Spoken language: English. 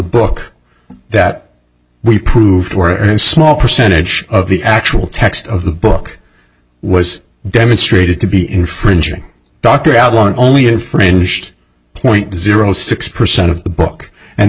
book that we proved were a small percentage of the actual text of the book was demonstrated to be infringing dr alan only infringed point zero six percent of the book and